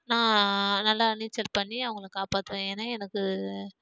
நான் நல்லா நீச்சல் பண்ணி அவங்கள காப்பாற்றுவேன் ஏனால் எனக்கு